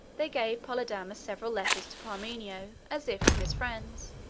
they gave polydamas several letters to parmenio, as if from his friends,